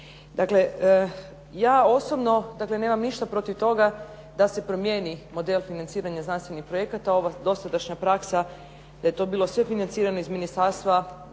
Dakle, ja osobno nemam ništa protiv toga da se promijeni model financiranja znanstvenih projekata. Ova dosadašnja praksa da je to bilo sve financirano iz ministarstva